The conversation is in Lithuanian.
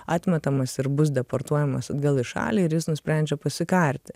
atmetamas ir bus deportuojamas atgal į šalį ir jis nusprendžia pasikarti